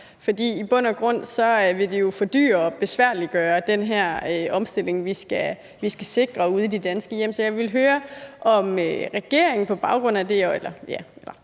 i bund og grund vil det fordyre og besværliggøre den her omstilling, vi skal sikre ude i de danske hjem. Så jeg vil høre, om regeringen eller rettere